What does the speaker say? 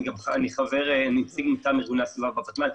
אני נציג מטעם ארגוני הסביבה בוותמ"ל.